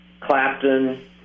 Clapton